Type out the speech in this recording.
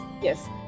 Yes